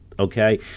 Okay